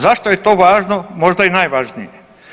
Zašto je to važno, možda i najvažnije?